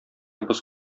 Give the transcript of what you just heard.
боз